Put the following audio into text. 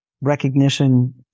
recognition